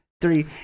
three